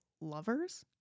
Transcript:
lovers